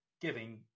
giving